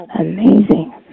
Amazing